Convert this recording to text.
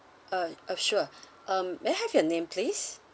uh uh sure um may I have your name please